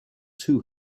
too